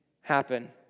happen